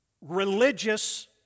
religious